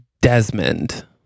Desmond